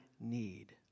need